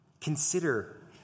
Consider